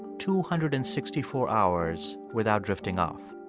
two hundred and sixty four hours, without drifting off.